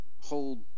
Hold